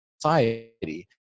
society